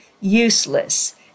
useless